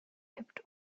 kippt